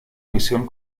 misión